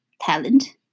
talent